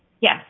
Yes